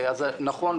אז נכון,